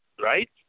right